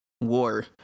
war